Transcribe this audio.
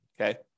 Okay